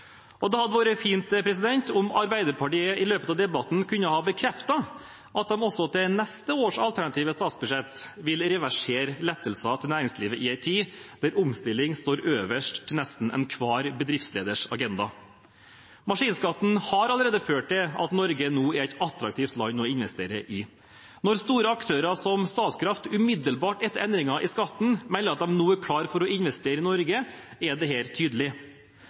hadde vært fint om Arbeiderpartiet i løpet av debatten kunne ha bekreftet at de også i neste års alternative statsbudsjett vil reversere lettelser til næringslivet, i en tid da omstilling står øverst på nesten enhver bedriftsleders agenda. Fjerning av maskinskatten har allerede ført til at Norge nå er et attraktivt land å investere i. Når store aktører som Statkraft umiddelbart etter endringen i skatten melder at de nå er klare til å investere i Norge, er dette tydelig. Jeg vet at Arbeiderpartiet mener at det